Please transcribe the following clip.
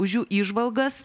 už jų įžvalgas